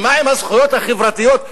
מה עם הזכויות החברתיות,